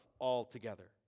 altogether